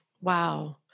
wow